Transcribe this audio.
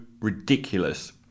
ridiculous